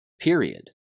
period